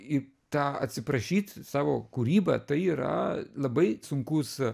į tą atsiprašyt savo kūryba tai yra labai sunkus